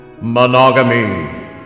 Monogamy